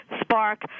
Spark